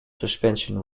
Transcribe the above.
suspension